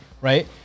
right